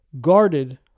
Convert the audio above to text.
guarded